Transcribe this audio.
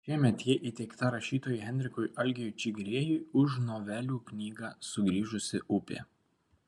šiemet ji įteikta rašytojui henrikui algiui čigriejui už novelių knygą sugrįžusi upė